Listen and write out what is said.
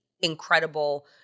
incredible